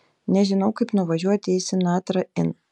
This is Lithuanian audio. nežinau kaip nuvažiuoti į sinatra inn